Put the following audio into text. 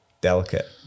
delicate